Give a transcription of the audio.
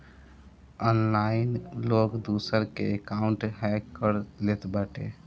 online लोग दूसरा के अकाउंटवे हैक कर लेत बाटे